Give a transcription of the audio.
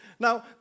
Now